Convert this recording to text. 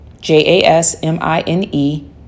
J-A-S-M-I-N-E